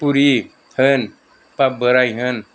बुरि होन बा बोराय होन